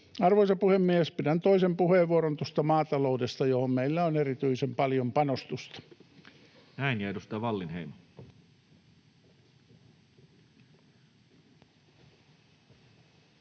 Arvoisa puhemies! Pidän toisen puheenvuoron tuosta maataloudesta, johon meillä on erityisen paljon panostusta. Näin. — Ja edustaja Wallinheimo.